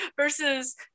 versus